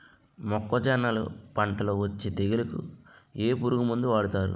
మొక్కజొన్నలు పంట లొ వచ్చే తెగులకి ఏ పురుగు మందు వాడతారు?